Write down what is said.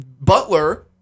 Butler